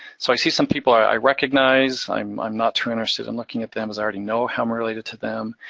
so i see some people i recognize. i'm i'm not too interested in looking at them as i already know how i'm related to them,